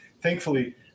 thankfully